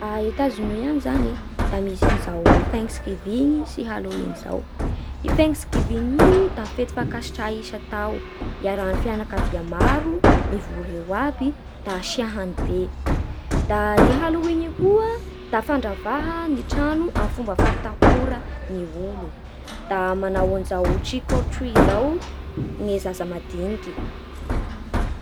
A Etazonia any zany e da misy an'izao thanks giving sy Halloing izao. Io thanks giving io da fety fankasitraha isan-tao hiarahan'ny fianakavia maro mivory eo aby da tsy ahany be. Da ny halloing koa da fandravaha ny trano amin'ny fomba fampitahora ny olo da manao an'izao treecol tree izao ny zaza madiniky.